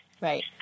Right